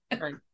right